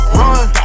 run